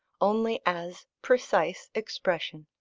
only as precise expression.